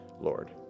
Lord